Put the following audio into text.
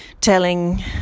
telling